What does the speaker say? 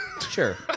Sure